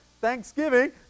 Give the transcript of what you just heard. Thanksgiving